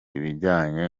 ibijyanye